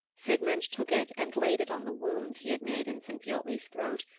sigmund took it and laid it on the wound he had made in sinfiotli's throat,